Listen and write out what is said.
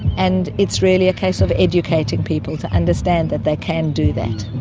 and it's really a case of educating people to understand that they can do that.